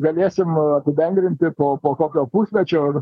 galėsim apibendrinti po po kokio pusmečio ir